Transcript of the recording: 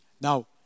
Now